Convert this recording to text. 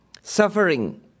suffering